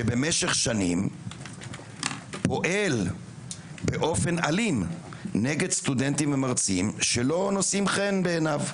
שבמשך שנים פועל באופן אלים נגד סטודנטים ומרצים שלא נושאים חן בעיניו.